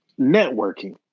networking